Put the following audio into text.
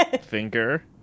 Finger